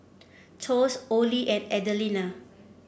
Thos Orley and Adelina